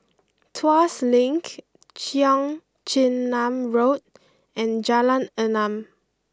Tuas Link Cheong Chin Nam Road and Jalan Enam